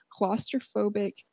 claustrophobic